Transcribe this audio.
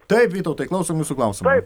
taip vytautai klausom jūsų klausimų